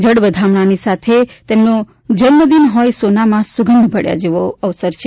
જળ વધામણાંની સાથે તેમનો જન્મદિન હોઈ સોનામાં સુગંધ ભળ્યા જેવો અવસર છે